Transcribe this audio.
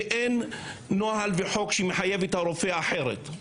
ואין נוהל וחוק שמחייב את הרופא אחרת.